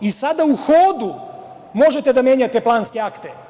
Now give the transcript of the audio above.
I sada u hodu možete da menjate planske akte.